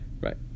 Right